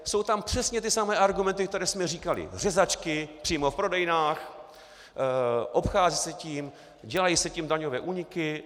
Jsou tam přesně ty samé argumenty, které jsme říkali: řezačky přímo v prodejnách, obchází se tím, dělají se tím daňové úniky.